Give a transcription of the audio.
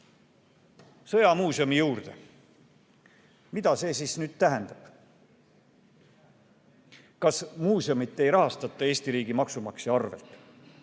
sõjamuuseumi juurde. Mida see tähendab? Kas muuseumi ei rahastata Eesti riigi maksumaksja arvel?